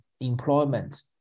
employment